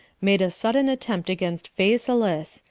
made a sudden attempt against phasaelus,